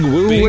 Woo